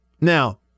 Now